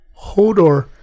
Hodor